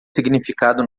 significado